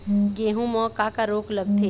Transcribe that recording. गेहूं म का का रोग लगथे?